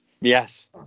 Yes